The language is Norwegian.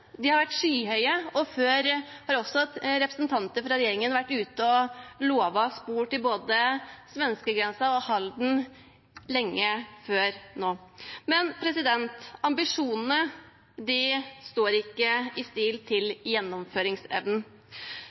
har vært skyhøye, og før har også representanter fra regjeringen vært ute og lovet spor til både svenskegrensen og Halden – for lenge siden. Men ambisjonene står ikke i stil med gjennomføringsevnen.